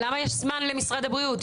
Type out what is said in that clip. למה יש זמן למשרד הבריאות.